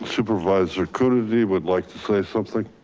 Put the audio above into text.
supervisor coonerty would like to say something.